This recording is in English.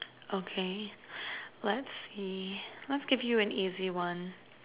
okay let's see let's give you an easy one